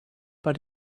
but